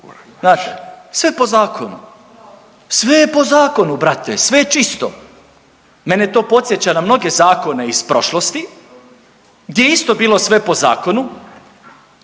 znaš sve po zakonu. Sve je po zakonu brate, sve je čisto. Mene to podsjeća na mnoge zakone iz prošlosti gdje je isto bilo sve po zakonu,